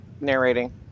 narrating